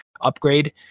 upgrade